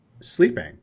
sleeping